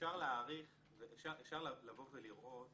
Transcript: אפשר לראות